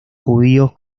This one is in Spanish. judíos